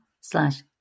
slash